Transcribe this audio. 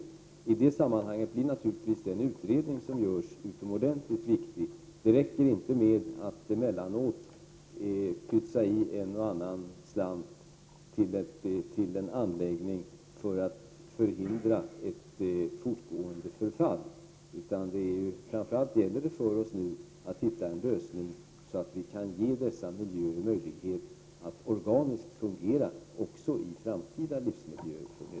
I det sammanhanget blir naturligtvis den utredning som görs utomordentligt viktig. Det räcker inte med att emellanåt pytsa ut en och annan slant till en anläggning för att förhindra ett fortgående förfall. Det gäller nu framför allt att hitta en lösning som innebär att vi kan ge dessa miljöer möjlighet att organiskt fungera också i framtida livsmiljöer för medborgarna.